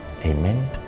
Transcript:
Amen